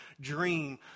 dream